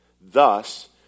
Thus